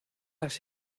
las